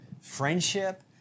friendship